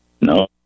No